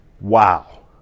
wow